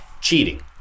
cheating